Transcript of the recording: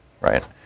right